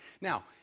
Now